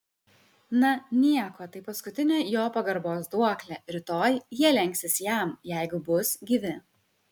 na nieko tai paskutinė jo pagarbos duoklė rytoj jie lenksis jam jeigu bus gyvi